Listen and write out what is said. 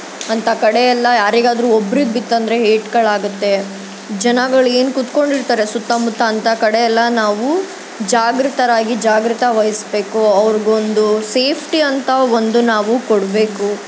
ಅಂತ ಕಡೆಯೆಲ್ಲ ಯಾರಿಗಾದರೂ ಒಬ್ರಿಗೆ ಬಿತ್ತು ಅಂದರೆ ಏಟ್ಗಳಾಗತ್ತೆ ಜನಗಳು ಏನು ಕೂತ್ಕೊಂಡಿರ್ತಾರೆ ಸುತ್ತಾಮುತ್ತ ಅಂತ ಕಡೆಯೆಲ್ಲ ನಾವು ಜಾಗೃತರಾಗಿ ಜಾಗ್ರತೆವಹಿಸ್ಬೇಕು ಅವ್ರಿಗೊಂದು ಸೇಫ್ಟಿ ಅಂತ ಒಂದು ನಾವು ಕೊಡಬೇಕು